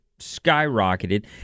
skyrocketed